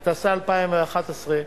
התשע"א 2011,